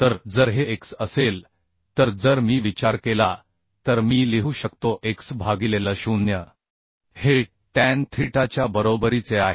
तर जर हे x असेल तर जर मी विचार केला तर मी लिहू शकतो x भागिले L0हे टॅन थीटाच्या बरोबरीचे आहे